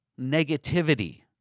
negativity